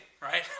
right